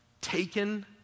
Taken